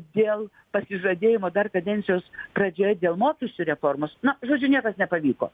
dėl pasižadėjimo dar kadencijos pradžioje dėl mokesčių reformos na žodžiu niekas nepavyko